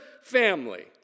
family